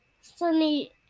Sunny